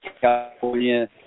California